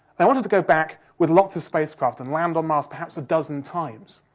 they wanted to go back with lots of spacecraft and land on mars perhaps a dozen times.